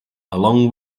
along